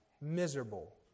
Miserable